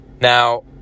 Now